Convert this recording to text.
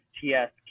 TS